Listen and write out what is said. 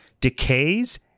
decays